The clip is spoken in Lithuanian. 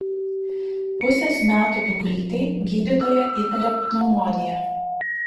pusės metų dukrytei gydytoja įtaria pneumoniją